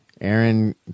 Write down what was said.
Aaron